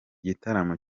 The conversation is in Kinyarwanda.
gitaramo